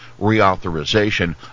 reauthorization